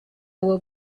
will